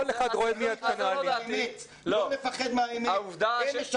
לא מפחד מהאמת.